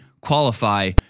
qualify